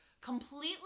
completely